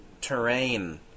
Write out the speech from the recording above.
terrain